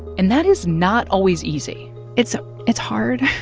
and that is not always easy it's ah it's hard